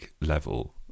level